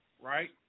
Right